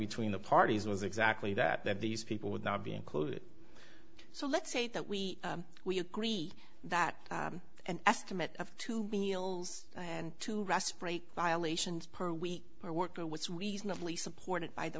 between the parties was exactly that that these people would not be included so let's say that we we agree that an estimate of two meals and two rest break violations per week or work or was reasonably supported by the